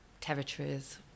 territories